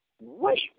wait